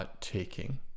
Taking